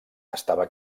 estava